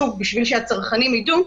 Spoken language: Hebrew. שוב בשביל שהצרכנים ידעו,